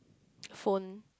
phone